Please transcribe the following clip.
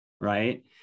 right